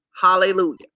Hallelujah